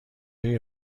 های